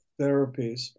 therapies